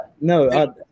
no